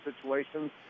situations